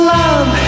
love